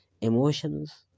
emotions